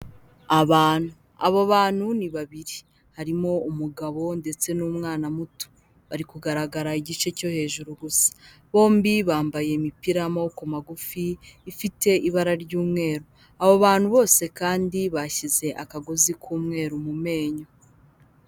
Abantu abo bantu ni babiri harimo umugabo ndetse n'umwana muto, bari kugaragara igice cyo hejuru gusa, bombi bambaye imipira y'amaboko magufi ifite ibara ry'umweru, abo bantu bose kandi bashyize akagozi k'umweru mu menyo.